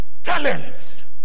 Talents